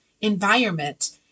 environment